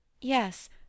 Yes